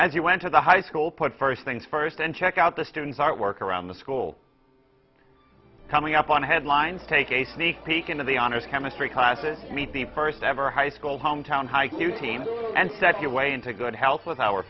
he went to the high school put first things first and check out the students artwork around the school coming up on headlines take a sneak peek into the honors chemistry classes meet the first ever high school hometown hike new team and set your way into good health with our